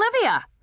Olivia